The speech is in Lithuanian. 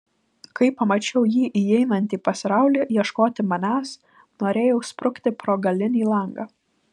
kai pamačiau jį įeinantį pas raulį ieškoti manęs norėjau sprukti pro galinį langą